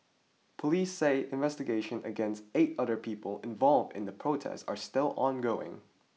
police say investigations against eight other people involved in the protest are still ongoing